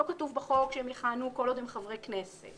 לא כתוב בחוק שהם יכהנו כל עוד הם חברי כנסת.